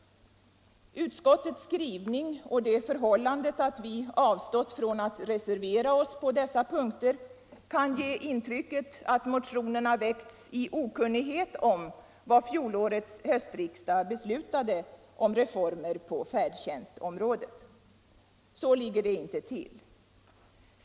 Utskottets skrivning och det förhållandet att vi avstått från att reservera oss på dessa punkter kan ge intrycket att motionerna väckts i okunnighet om vad fjolårets höstriksdag beslutade om reformer på färdtjänstområdet. Så ligger det inte till.